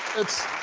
it's,